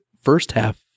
first-half